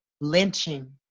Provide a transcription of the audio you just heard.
lynching